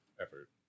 effort